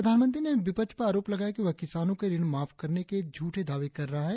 प्रधानमंत्री ने विपक्ष पर आरोप लगाया कि वह किसानों के ऋण माफ करने के झूठे दावे कर रहा है